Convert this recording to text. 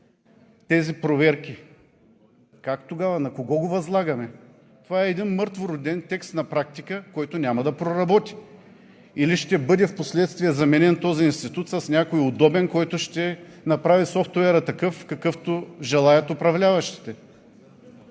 тези проверки. Как тогава? На кого го възлагаме? Това е един мъртвороден текст на практика, който няма да проработи, или този институт впоследствие ще бъде заменен с някой удобен, който ще направи софтуера такъв, какъвто желаят управляващите.